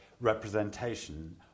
representation